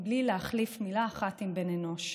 בלי להחליף מילה אחת עם בן אנוש,